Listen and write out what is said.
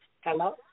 Hello